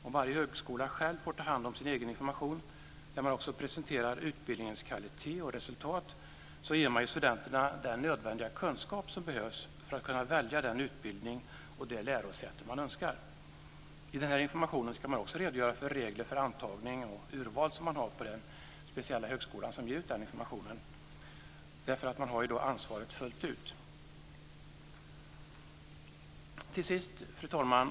Om varje högskola själv får ta hand om sin egen information, där man också presenterar utbildningens kvalitet och resultat, ger man studenterna den kunskap som behövs för att kunna välja den utbildning och det lärosäte som önskas. I den här informationen ska man också redogöra för regler för antagning och urval som finns på den speciella högskola som ger ut informationen. Man har ju ansvaret fullt ut. Fru talman!